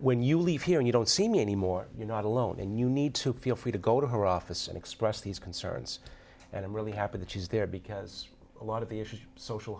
when you leave here and you don't see me anymore you're not alone in you need to feel free to go to her office and express these concerns and i'm really happy that she's there because a lot of the issues social